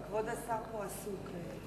כבוד השר פה עסוק.